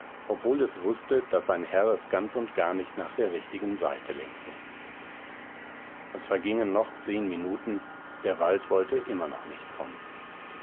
obwohl es wußte daß sein herr es ganz und gar nicht nach der richtigen seite lenkte es vergingen noch zehn minuten der wald wollte immer noch nicht kommen